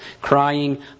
crying